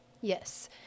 Yes